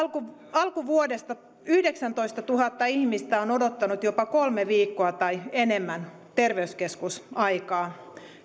alkuvuodesta yhdeksäntoistatuhatta ihmistä on odottanut jopa kolme viikkoa tai enemmän terveyskeskusaikaa